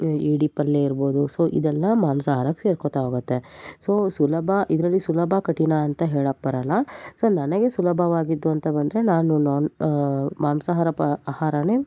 ಏಡಿ ಪಲ್ಯ ಇರ್ಬೋದು ಸೊ ಇದೆಲ್ಲಾ ಮಾಂಸಹಾರಕ್ಕೆ ಸೇರ್ಕೊತಾ ಹೋಗುತ್ತೆ ಸೊ ಸುಲಭ ಇದರಲ್ಲಿ ಸುಲಭ ಕಠಿಣ ಅಂತ ಹೇಳೋಕ್ ಬರೋಲ್ಲ ಸೊ ನನಗೆ ಸುಲಭವಾಗಿದ್ದು ಅಂತ ಬಂದರೆ ನಾನು ನಾನು ಮಾಂಸಹಾರ ಪ್ ಆಹಾರನೇ